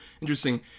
interesting